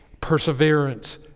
perseverance